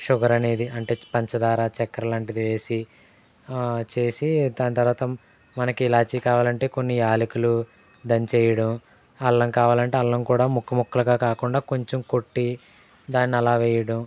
sugar అనేది అంటే పంచదార చక్కర లాంటిది వేసి చేసి దాని తర్వాత మనకి ఇలాచీ కావాలంటే కొన్ని యాలకులు దంచి వేయడం అల్లం కావాలంటే అల్లం కూడా ముక్క ముక్కలుగా కాకుండా కొంచెం కొట్టి దాన్నలా వేయడం